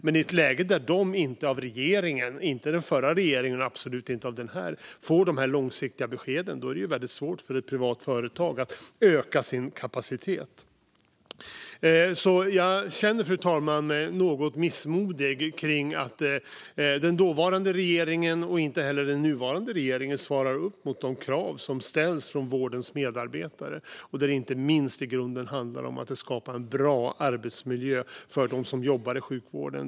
Men de har inte fått de här långsiktiga beskeden, inte av den förra regeringen och absolut inte av den nuvarande. I det läget är det väldigt svårt för ett privat företag att öka sin kapacitet. Fru talman! Jag känner mig något missmodig, eftersom varken den dåvarande eller den nuvarande regeringen svarat upp mot de krav som ställs från vårdens medarbetare och som i grunden handlar om att skapa en bra arbetsmiljö för dem som jobbar i sjukvården.